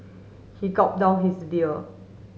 he gulp down his beer